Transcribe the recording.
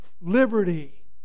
Liberty